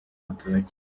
rutoki